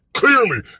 clearly